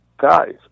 guys